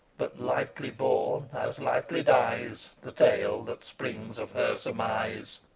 but, lightly born, as lightly dies the tale that springs of her surmise.